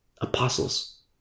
Apostles